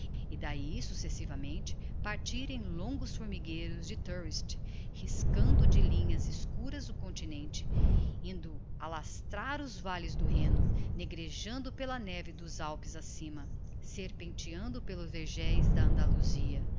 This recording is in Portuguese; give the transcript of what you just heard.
dover e d'ahi successivamente partirem longos formigueiros de touriste riscando de linhas escuras o continente indo alastrar os valles do rheno negrejando pela neve dos alpes acima serpenteando pelos vergeis da